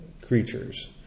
creatures